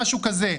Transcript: משהו כזה.